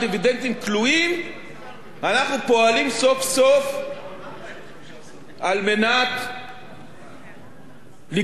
אנחנו פועלים סוף-סוף על מנת לגבות מיליארדים של שקלים.